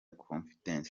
confidence